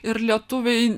ir lietuviai